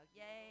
Yay